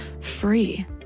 free